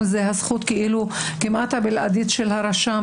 זה מה שקורה כשאין אף נציג של האופוזיציה